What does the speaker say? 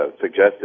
suggested